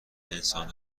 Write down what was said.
انسان